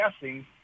guessing